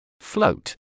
Float